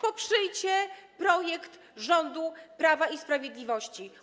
Poprzyjcie projekt rządu Prawa i Sprawiedliwości.